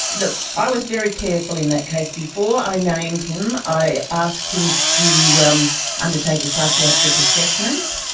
look, i was very careful in that case. before i named him i asked him to to um undertake a psychiatric assessment,